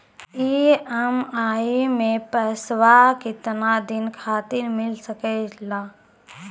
EMI मैं पैसवा केतना दिन खातिर मिल सके ला?